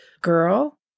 girl